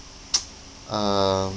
uh